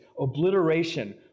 obliteration